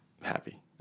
happy